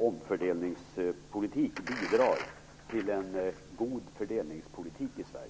omfördelningspolitik bidrar till en god fördelningspolitik i Sverige.